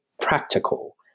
practical